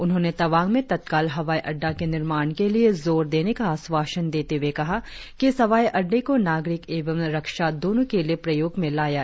उन्होंने तवांग में तत्काल हवाई अड्डा के निर्माण के लिए जोड़ देने का आश्वासन देते हुए कहा कि इस हवाई अड्डे को नागरिक एवं रक्षा दोनों के लिए प्रयोग में लाया जा सकेगा